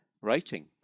writing